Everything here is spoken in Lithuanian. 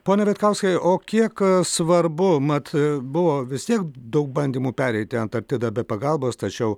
pone vitkauskai o kiek svarbu mat buvo vis tiek daug bandymų pereiti antarktidą be pagalbos tačiau